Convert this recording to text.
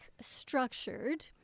structured